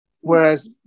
Whereas